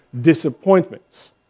disappointments